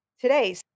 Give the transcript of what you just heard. today